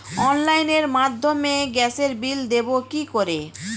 অনলাইনের মাধ্যমে গ্যাসের বিল দেবো কি করে?